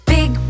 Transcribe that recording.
Big